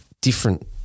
different